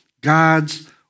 God's